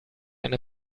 eine